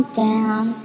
down